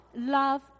Love